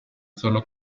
solo